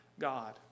God